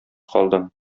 калдым